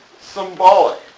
symbolic